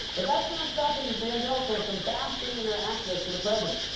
but that's not stopping evangelicals from basking in their access to the president.